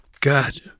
God